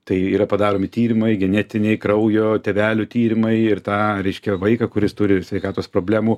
tai yra padaromi tyrimai genetiniai kraujo tėvelių tyrimai ir tą reiškia vaiką kuris turi sveikatos problemų